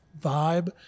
vibe